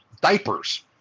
diapers